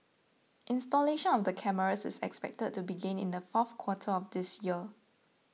installation of the cameras is expected to begin in the fourth quarter of this year